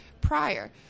prior